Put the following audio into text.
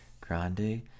grande